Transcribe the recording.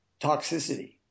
toxicity